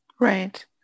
Right